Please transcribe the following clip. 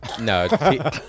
No